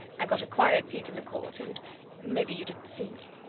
i got a quiet seat in the court and maybe you didn't see me.